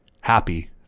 happy